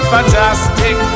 Fantastic